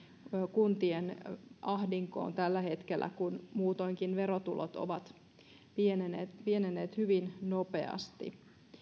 kuntien ahdinkoon tällä hetkellä kun muutoinkin verotulot ovat pienenneet pienenneet hyvin nopeasti